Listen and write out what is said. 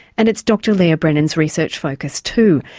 and it's dr leah brennan's research focus too.